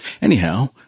Anyhow